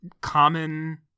common